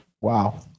Wow